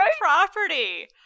property